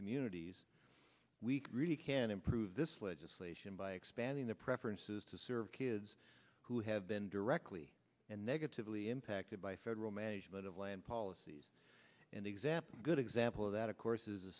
communities we really can improve this legislation by expanding the preferences to serve kids who have been directly and negatively impacted by federal management of land policies and example a good example of that of course is a